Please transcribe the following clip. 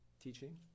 teaching